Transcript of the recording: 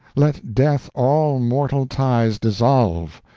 let death all mortal ties dissolve,